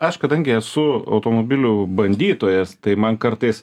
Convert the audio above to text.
aš kadangi esu automobilių bandytojas tai man kartais